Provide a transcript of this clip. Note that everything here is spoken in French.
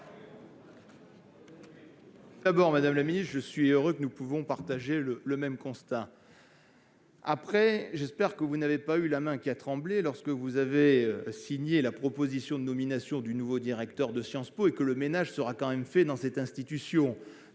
D'abord, madame la ministre, je suis heureux que nous partagions le même constat. J'espère que votre main n'a pas tremblé lorsque vous avez signé la proposition de nomination du nouveau directeur de Sciences Po, et que le ménage sera fait dans cette institution